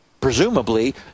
presumably